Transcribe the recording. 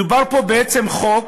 מדובר פה בעצם בחוק